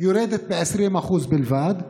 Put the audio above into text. יורדת ב-20% בלבד,